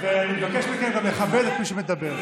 אני גם מבקש מכם לכבד את מי שמדבר.